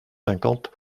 cinquante